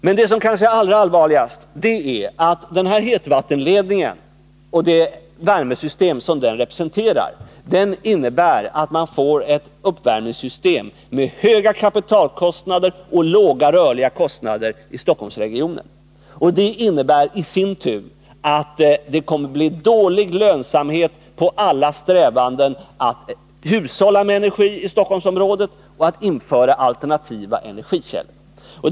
Men det kanske allra allvarligaste är att hetvattenledningen och det värmesystem som den representerar innebär att man får ett uppvärmningssystem med höga kapitalkostnader och låga rörliga kostnader i Stockholmsregionen. Och det innebär i sin tur att det kommer att bli dålig lönsamhet för alla strävanden att i Stockholmsområdet hushålla med energi och införa alternativa energikällor.